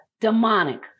demonic